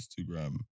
Instagram